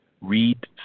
read